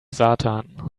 satan